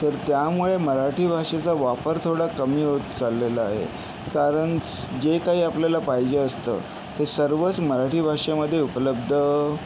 तर त्यामुळे मराठी भाषेचा वापर थोडा कमी होत चाललेला आहे कारण स जे काही आपल्याला पाहिजे असतं ते सर्वच मराठी भाषेमधे उपलब्ध